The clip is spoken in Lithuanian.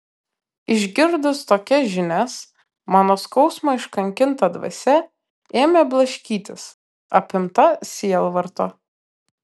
išgirdus tokias žinias mano skausmo iškankinta dvasia ėmė blaškytis apimta sielvarto